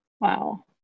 Wow